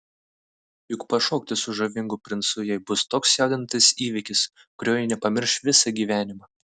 juk pašokti su žavingu princu jai bus toks jaudinantis įvykis kurio ji nepamirš visą gyvenimą